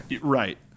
Right